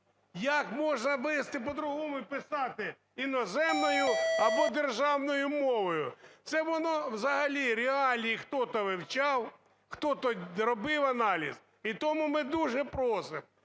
Як можна вести по-другому і писати: іноземною або державною мовою? Це воно… взагалі реалії хтось вивчав, хтось робив аналіз? І тому ми дуже просимо: